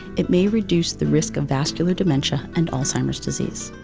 it may reduce the risk of vascular dementia and alzheimer's disease.